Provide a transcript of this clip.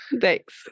Thanks